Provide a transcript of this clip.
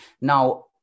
now